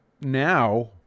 now